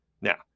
Now